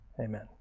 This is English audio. Amen